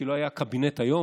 כי לא היה קבינט היום,